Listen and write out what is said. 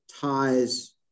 ties